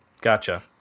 gotcha